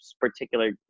particular